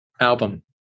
album